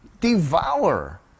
devour